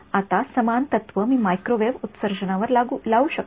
आता समान तत्व मी मायक्रोवेव्ह उत्सर्जनावर लागू करू शकतो